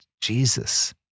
Jesus